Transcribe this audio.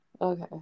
Okay